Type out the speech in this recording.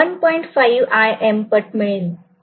5 Im पट मिळेल